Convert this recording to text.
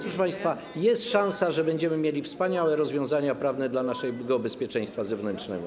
Proszę państwa, jest szansa, że będziemy mieli wspaniałe rozwiązania prawne dla naszego bezpieczeństwa zewnętrznego.